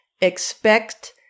expect